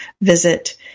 visit